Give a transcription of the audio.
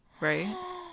right